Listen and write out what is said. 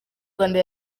rwanda